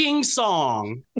song